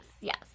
yes